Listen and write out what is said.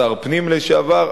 שר הפנים לשעבר,